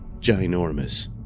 ginormous